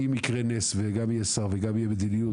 אם יקרה נס וגם יהיה שר וגם תהיה מדיניות